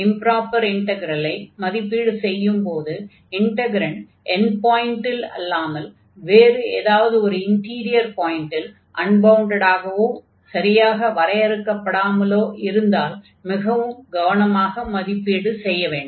improper இன்டக்ரலை மதிப்பீடு செய்யும் போது இன்டக்ரன்ட் எண்ட் பாய்ண்ட்டில் அல்லாமல் வேறு எதாவது ஒரு இன்டீரியர் பாய்ண்ட்டில் அன்பவுண்டட் ஆகவோ சரியாக வரையறுக்கப்படாமலோ இருந்தால் மிகவும் கவனமாக மதிப்பீடு செய்ய வேண்டும்